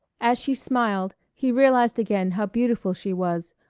as she smiled he realized again how beautiful she was,